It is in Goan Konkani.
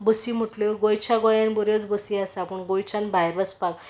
बसी म्हणलो गोंयच्या गोंयान बऱ्योच बसी आसा पूण गोंयच्यान भायर वचपाक